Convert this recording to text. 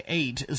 eight